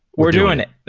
we're doing it.